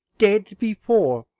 dead before,